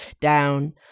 down